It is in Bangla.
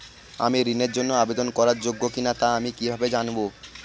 আমি ঋণের জন্য আবেদন করার যোগ্য কিনা তা আমি কীভাবে জানব?